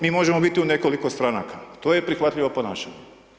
Mi možemo biti u nekoliko stranaka, to je prihvatljivo ponašanje.